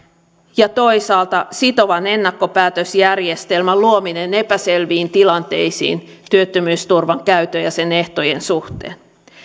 ja toisaalta sitovan ennakkopäätösjärjestelmän luominen epäselviin tilanteisiin työttömyysturvan käytön ja sen ehtojen suhteen